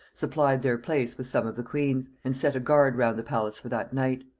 supplied their place with some of the queen's, and set a guard round the palace for that night.